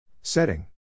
Setting